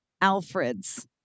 Alfred's